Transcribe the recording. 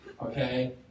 Okay